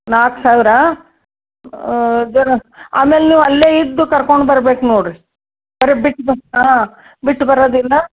ನಾಲ್ಕು ಸಾವಿರ ಜರಾ ಆಮೇಲೆ ನೀವು ಅಲ್ಲೇ ಇದ್ದು ಕರ್ಕೊಂಡು ಬರ್ಬೇಕು ನೋಡಿ ರೀ ಬರೀ ಬಿಟ್ಟು ಬ್ ಹಾಂ ಬಿಟ್ಟು ಬರದಲ್ಲ